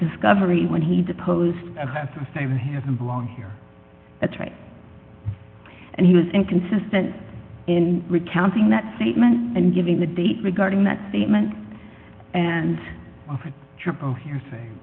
discovery when he deposed perspire him belong here that's right and he was inconsistent in recounting that statement and giving the date regarding that statement and triple hearsay